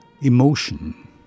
emotion